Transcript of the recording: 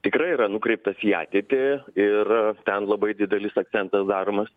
tikrai yra nukreiptas į ateitį ir ten labai didelis akcentas daromas